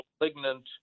malignant